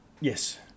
Yes